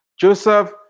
Joseph